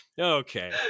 okay